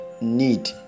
need